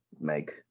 make